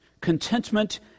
contentment